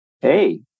hey